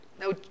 No